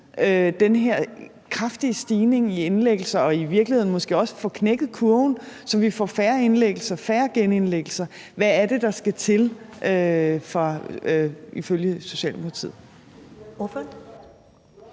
den her kraftige stigning af indlæggelser og i virkeligheden måske også får knækket kurven, så vi får færre indlæggelser og færre genindlæggelser? Hvad er det, der skal til ifølge Socialdemokratiet?